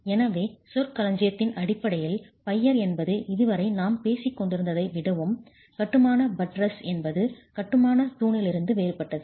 எனவே சொற்களஞ்சியத்தின் அடிப்படையில் பையர் என்பது இதுவரை நாம் பேசிக்கொண்டிருந்ததை விடவும் கட்டுமான பட்ரஸ் என்பது கட்டுமானத் தூணிலிருந்து வேறுபட்டது